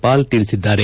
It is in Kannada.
ಪಾಲ್ ತಿಳಿಸಿದ್ದಾರೆ